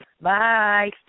Bye